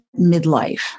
midlife